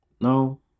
No